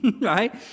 Right